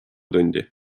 tundi